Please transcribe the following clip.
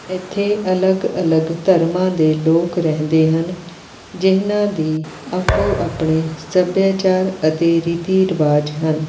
ਇੱਥੇ ਅਲੱਗ ਅਲੱਗ ਧਰਮਾਂ ਦੇ ਲੋਕ ਰਹਿੰਦੇ ਹਨ ਜਿਨ੍ਹਾਂ ਦੇ ਆਪੋ ਆਪਣੇ ਸੱਭਿਆਚਾਰ ਅਤੇ ਰੀਤੀ ਰਿਵਾਜ ਹਨ